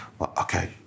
okay